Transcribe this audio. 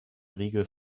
riegel